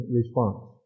response